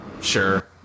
sure